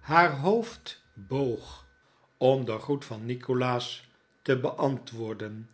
haar hoofd boog om den groet van nikolaas te beantwoorden